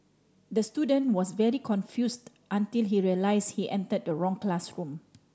the student was very confused until he realised he entered the wrong classroom